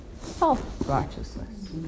self-righteousness